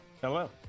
hello